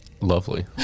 lovely